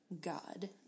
God